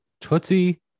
Tootsie